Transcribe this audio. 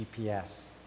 GPS